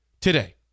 today